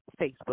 Facebook